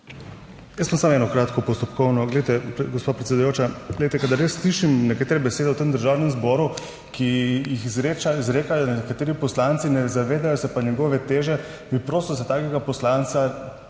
Jaz imam samo eno kratko postopkovno, glejte, gospa predsedujoča, glejte kadar jaz slišim nekatere besede v tem Državnem zboru, ki jih izrekajo, da nekateri poslanci ne zavedajo, se pa njegove teže, bi prosil, da se takega poslanca